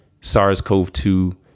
SARS-CoV-2